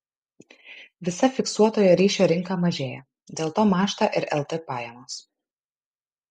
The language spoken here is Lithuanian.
visa fiksuotojo ryšio rinka mažėja dėl to mąžta ir lt pajamos